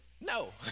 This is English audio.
no